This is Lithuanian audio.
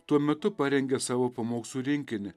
tuo metu parengė savo pamokslų rinkinį